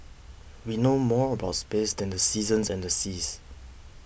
we know more about space than the seasons and the seas